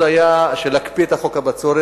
חשוב מאוד היה להקפיא את חוק הבצורת.